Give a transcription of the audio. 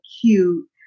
cute